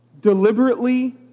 deliberately